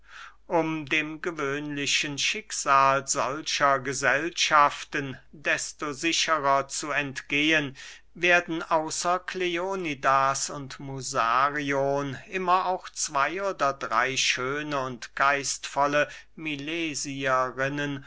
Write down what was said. um dem gewöhnlichen schicksal solcher gesellschaften desto sicherer zu entgehen werden außer kleonidas und musarion immer auch zwey oder drey schöne und geistvolle milesierinnen